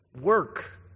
Work